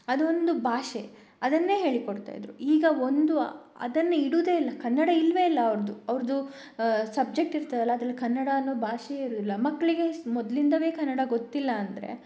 ಅದೊಂದು ಭಾಷೆ ಅದನ್ನೇ ಹೇಳಿಕೊಡ್ತಾ ಇದ್ದರು ಈಗ ಒಂದು ಅದನ್ನು ಇಡೋದೇ ಇಲ್ಲ ಕನ್ನಡ ಇಲ್ಲವೇ ಇಲ್ಲ ಅವ್ರದು ಅವ್ರದು ಸಬ್ಜೆಕ್ಟ್ ಇರ್ತದಲ್ಲಾ ಅದ್ರಲ್ಲಿ ಕನ್ನಡ ಅನ್ನೋ ಭಾಷೆಯೇ ಇರುವುದಿಲ್ಲ ಮಕ್ಕಳಿಗೆ ಮೊದ್ಲಿಂದಲೇ ಕನ್ನಡ ಗೊತ್ತಿಲ್ಲ ಅಂದರೆ